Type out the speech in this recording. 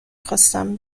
خواستم